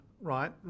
right